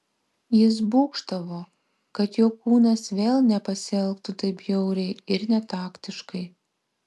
jis būgštavo kad jo kūnas vėl nepasielgtų taip bjauriai ir netaktiškai